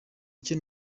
icyo